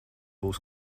būs